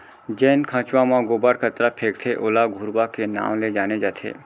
जेन खंचवा म गोबर कचरा फेकथे ओला घुरूवा के नांव ले जाने जाथे